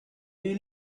you